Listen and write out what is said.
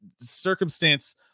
circumstance